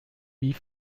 wie